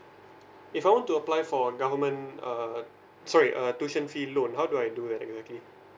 if I want to apply for government err sorry uh tuition fee loan how do I do that exactly